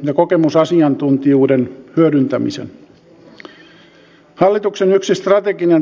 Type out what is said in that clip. tulevaisuudesta suomen tulevaisuudesta